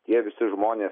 jie visi žmonės